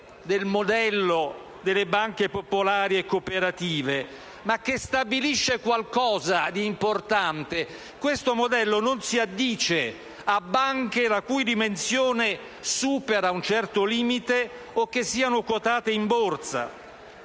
del modello delle banche popolari e cooperative, ma stabilisce qualcosa di importante. Questo modello non si addice a banche la cui dimensione supera un certo limite o che siano quotate in Borsa.